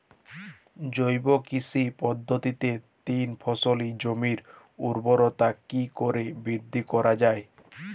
জৈব কৃষি পদ্ধতিতে তিন ফসলী জমির ঊর্বরতা কি করে বৃদ্ধি করা য়ায়?